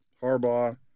Harbaugh